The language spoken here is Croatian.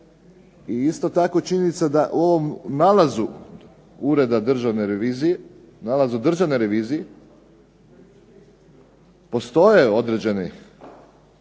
I isto tako je činjenica da u ovom nalazu Ureda Državne revizije, nalazu Državne